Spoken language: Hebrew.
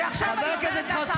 ועכשיו אני עוברת להצעת